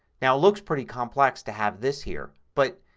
now it looks pretty complex to have this here but,